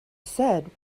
said